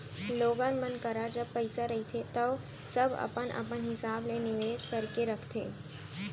लोगन मन करा जब पइसा रहिथे तव सब अपन अपन हिसाब ले निवेस करके रखथे